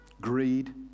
greed